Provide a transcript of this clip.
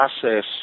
process